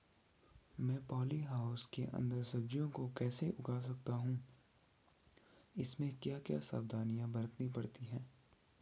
मैं poly house के अन्दर सब्जियों को कैसे उगा सकता हूँ इसमें क्या क्या सावधानियाँ बरतनी पड़ती है?